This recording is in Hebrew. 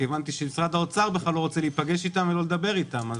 כי הבנתי שמשרד האוצר בכלל לא רוצה להיפגש ולדבר איתם.